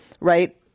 right